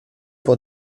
pour